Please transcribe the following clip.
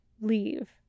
leave